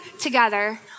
together